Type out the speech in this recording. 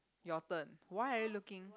your turn why are you looking